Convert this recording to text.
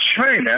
China